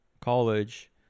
college